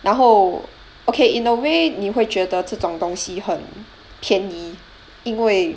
然后 okay in a way 你会觉得这种东西很便宜因为